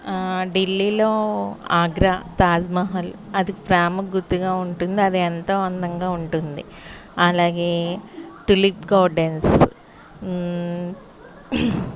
ఢిల్లీలో ఆగ్రా తాజ్మహల్ అది ప్రేమకు గుర్తుగా ఉంటుంది అది ఎంతో అందంగా ఉంటుంది అలాగే తులిప్ గార్డెన్స్